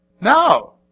No